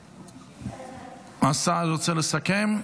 השר רוצה לסכם?